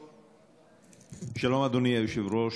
שלום, אדוני היושב-ראש,